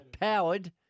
powered